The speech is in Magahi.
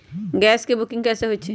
गैस के बुकिंग कैसे होईछई?